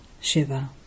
Shiva